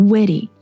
Witty